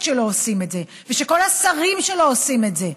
שלו עושים את זה ושכל השרים שלו עושים את זה,